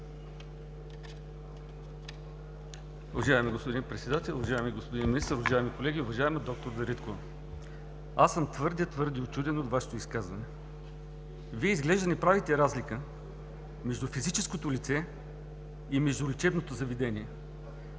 Вие изглежда не правите разлика между физическото лице и между лечебното заведение.